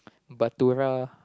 Bhatoora